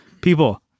people